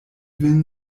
vin